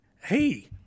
hey